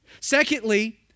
Secondly